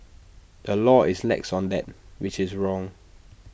the law is lax on that which is wrong